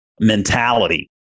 mentality